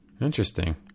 Interesting